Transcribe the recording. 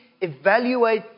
evaluate